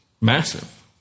massive